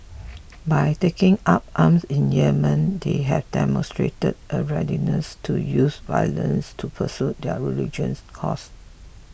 by taking up arms in Yemen they have demonstrated a readiness to use violence to pursue their religious cause